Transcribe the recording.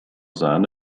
sahne